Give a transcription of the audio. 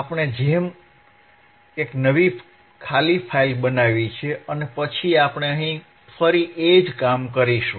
તેથી આપણે એક નવી ખાલી ફાઈલ બનાવી છે અને પછી આપણે અહીં ફરી એ જ કામ કરીશું